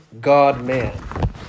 God-man